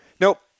Nope